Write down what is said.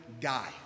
guy